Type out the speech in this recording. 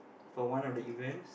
for one of the events